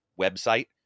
website